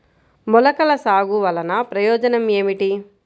మొలకల సాగు వలన ప్రయోజనం ఏమిటీ?